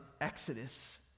exodus